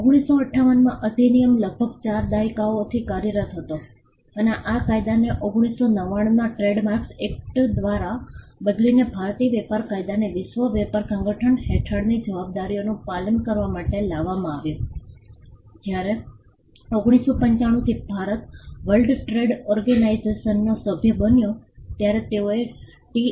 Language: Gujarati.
1958 માં અધિનિયમ લગભગ 4 દાયકાઓથી કાર્યરત હતો અને આ કાયદાને 1999 ના ટ્રેડમાર્ક એક્ટ દ્વારા બદલીને ભારતીય વેપાર કાયદાને વિશ્વ વેપાર સંગઠન હેઠળની જવાબદારીઓનું પાલન કરવા માટે લાવવામાં આવ્યો જ્યારે 1995 થી ભારત વર્લ્ડ ટ્રેડ ઓર્ગેનાઇઝેશનનો સભ્ય બન્યો ત્યારે તેઓએ ટી